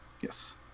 Yes